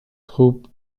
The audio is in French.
troupes